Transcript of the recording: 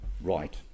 right